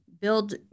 build